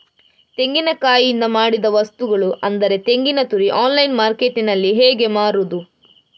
ತೆಂಗಿನಕಾಯಿಯಿಂದ ಮಾಡಿದ ವಸ್ತುಗಳು ಅಂದರೆ ತೆಂಗಿನತುರಿ ಆನ್ಲೈನ್ ಮಾರ್ಕೆಟ್ಟಿನಲ್ಲಿ ಹೇಗೆ ಮಾರುದು?